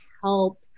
help